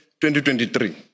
2023